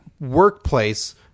workplace